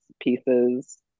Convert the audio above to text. pieces